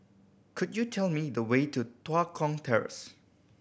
could you tell me the way to Tua Kong Terrace